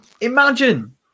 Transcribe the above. Imagine